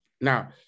Now